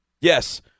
yes